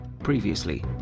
Previously